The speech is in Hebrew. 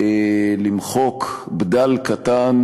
למחוק בדל קטן